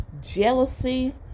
jealousy